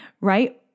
right